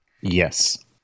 Yes